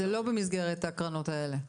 זה לא במסגרת הקרנות האלה.